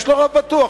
יש לה רוב בטוח,